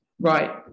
right